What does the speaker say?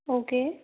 okay